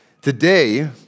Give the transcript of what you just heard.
today